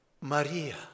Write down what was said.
Maria